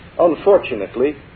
unfortunately